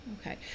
okay